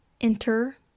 enter